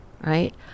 right